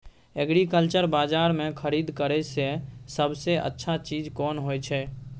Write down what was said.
Agriculture बाजार में खरीद करे से सबसे अच्छा चीज कोन होय छै?